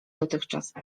dotychczas